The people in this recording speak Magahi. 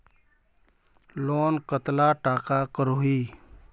लोन कतला टाका करोही?